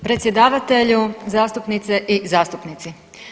Predsjedavatelju, zastupnice i zastupnici.